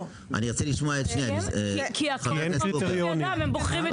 כי הכול נמצא בידם, הם בוחרים את מי שהם רוצים.